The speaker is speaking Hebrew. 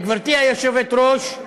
גברתי היושבת-ראש,